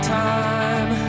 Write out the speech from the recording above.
time